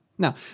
Now